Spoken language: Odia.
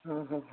ହଁ ହଁ